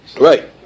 Right